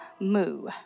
moo